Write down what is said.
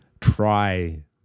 try